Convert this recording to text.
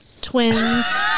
twins